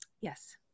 Yes